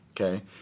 Okay